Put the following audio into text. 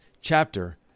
chapter